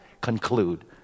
conclude